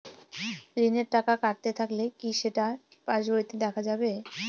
ঋণের টাকা কাটতে থাকলে কি সেটা পাসবইতে দেখা যাবে?